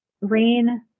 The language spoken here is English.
rain